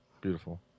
Beautiful